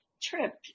trip